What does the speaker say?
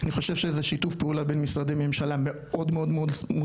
אני חושב שזה שיתוף פעולה בין משרדי ממשלה מאוד מוצלח.